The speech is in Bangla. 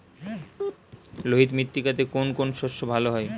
লোহিত মৃত্তিকাতে কোন কোন শস্য ভালো হয়?